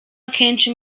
akenshi